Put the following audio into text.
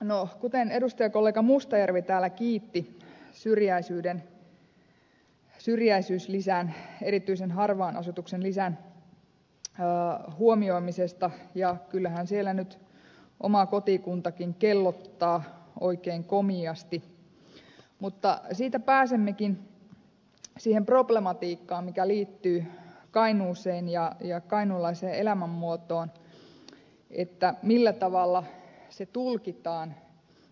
no kuten edustajakollega mustajärvi täällä kiitti syrjäisyyslisän erityisen harvan asutuksen lisän huomioimisesta ja kyllähän siellä nyt oma kotikuntakin kellottaa oikein komiasti mutta siitä pääsemmekin siihen problematiikkaan mikä liittyy kainuuseen ja kainuulaiseen elämänmuotoon että millä tavalla